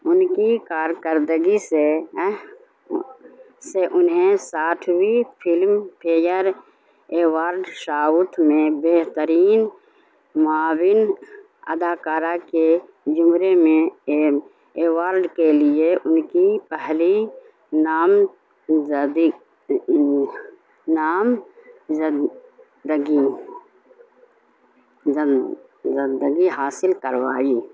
ان کی کارکردگی سے سے انہیں ساٹھویں فلم فیئر ایوارڈ ساؤتھ میں بہترین معاون اداکارہ کے زمرے میں اے ایوارڈ کے لیے ان کی اہلی نام زدی نامزدگی زدگی حاصل کروائی